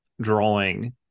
drawing